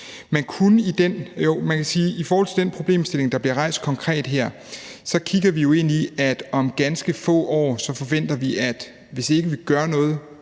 i forhold til den problemstilling, der bliver rejst konkret her, kigger vi jo ind i, at om ganske få år forventer vi, at der, hvis ikke vi gør noget